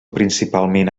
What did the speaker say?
principalment